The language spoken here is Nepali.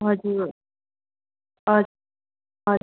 हजुर